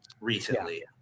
recently